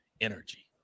Energy